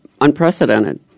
unprecedented